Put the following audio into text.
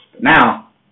Now